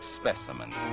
specimen